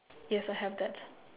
yes I have that